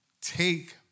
take